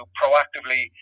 proactively